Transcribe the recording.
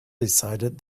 decided